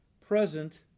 present